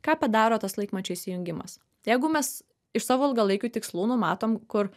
ką padaro tas laikmačio įjungimas jeigu mes iš savo ilgalaikių tikslų numatom kur